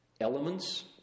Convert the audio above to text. Elements